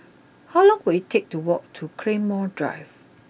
how long will it take to walk to Claymore Drive